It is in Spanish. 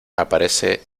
aparece